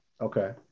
Okay